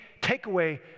takeaway